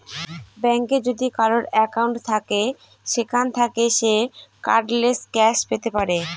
ব্যাঙ্কে যদি কারোর একাউন্ট থাকে সেখান থাকে সে কার্ডলেস ক্যাশ পেতে পারে